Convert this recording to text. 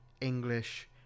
English